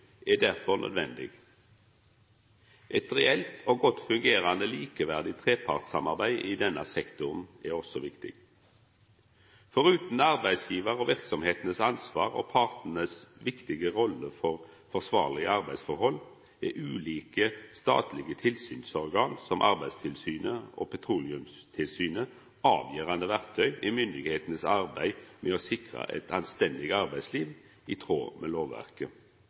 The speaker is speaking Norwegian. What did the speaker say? er derfor nødvendig. Eit reelt og godt fungerande likeverdig trepartssamarbeid i denne sektoren er òg viktig. Forutan arbeidsgivar og verksemdenes ansvar og partanes viktige rolle for forsvarlege arbeidsforhold er ulike statlege tilsynsorgan, som Arbeidstilsynet og Petroleumstilsynet, avgjerande verktøy i myndigheitenes arbeid med å sikra eit anstendig arbeidsliv i tråd med lovverket.